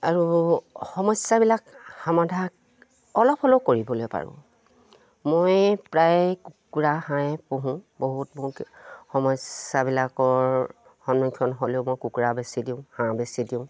আৰু সমস্যাবিলাক সামাধা অলপ হ'লেও কৰিবলৈ পাৰোঁ মই প্ৰায় কুকুৰা হাঁহেই পোহোঁ বহুত মোক সমস্যাবিলাকৰ সন্মুখীন হ'লেও মই কুকুৰা বেছি দিওঁ হাঁহ বেছি দিওঁ